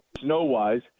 snow-wise